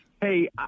Hey